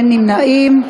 אין נמנעים.